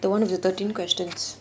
the [one] with the thirteen questions